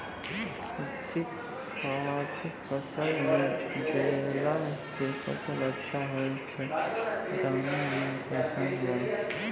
zinc खाद फ़सल मे देला से फ़सल अच्छा होय छै दाना मे वजन ब